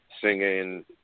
singing